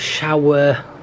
shower